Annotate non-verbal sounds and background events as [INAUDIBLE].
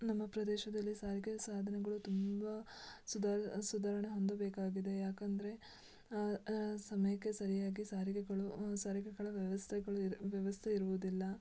ನಮ್ಮ ಪ್ರದೇಶದಲ್ಲಿ ಸಾರಿಗೆ ಸಾಧನಗಳು ತುಂಬ ಸುದರ ಸುಧಾರಣೆ ಹೊಂದಬೇಕಾಗಿದೆ ಯಾಕಂದರೆ ಸಮಯಕ್ಕೆ ಸರಿಯಾಗಿ ಸಾರಿಗೆಗಳು ಸಾರಿಗೆಗಳ ವ್ಯವಸ್ಥೆಗಳು [UNINTELLIGIBLE] ವ್ಯವಸ್ಥೆ ಇರುವುದಿಲ್ಲ